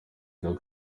dogg